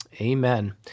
Amen